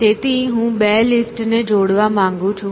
તેથી હું બે લિસ્ટ ને જોડવા માંગુ છું